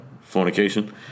fornication